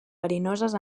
verinoses